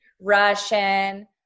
Russian